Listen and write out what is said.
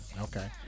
Okay